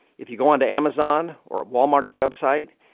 if you go on to amazon or walmart's website,